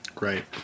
Right